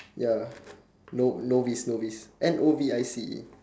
ya no~ novice novice N O V I C E